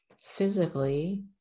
physically